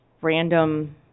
random